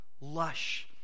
lush